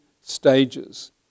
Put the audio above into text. stages